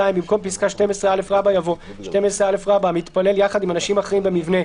(2)במקום פסקה (12א) יבוא: "(12א) המתפלל יחד עם אנשים אחרים במבנה,